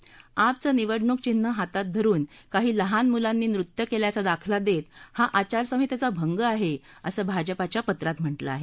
आपचं निवडणूक चिन्ह हातात धरुन काही लहान मुलांनी नृत्य केल्याचा दाखला देत हा आचारसंहितेचा भंग आहे असं भाजपाच्या पत्रात म्हा के आहे